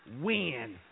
win